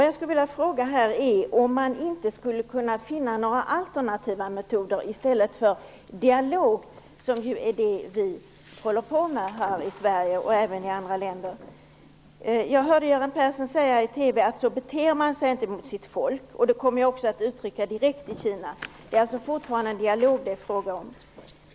Jag skulle vilja fråga om man inte skulle kunna finna några alternativa metoder i stället för dialog, som ju är det vi håller på med här i Sverige och även i andra länder. Jag hörde Göran Persson säga i TV att man inte beter sig så mot sitt folk, och att han också kommer att uttrycka detta direkt i Kina. Det är alltså fortfarande dialog det är fråga om.